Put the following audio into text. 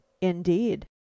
indeed